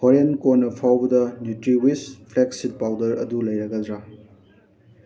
ꯍꯣꯔꯦꯟ ꯀꯣꯟꯅꯥ ꯐꯥꯎꯕꯗ ꯅꯤꯎꯇ꯭ꯔꯤꯋꯤꯁ ꯐ꯭ꯂꯦꯛꯁꯤꯞ ꯄꯥꯎꯗꯔ ꯑꯗꯨ ꯂꯩꯔꯗ꯭ꯔꯥ